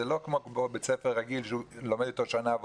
זה לא כמו בית ספר רגיל שהוא לומד אתו שנה והולך.